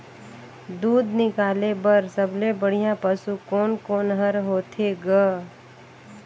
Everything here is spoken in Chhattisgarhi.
दूध निकाले बर सबले बढ़िया पशु कोन कोन हर होथे ग?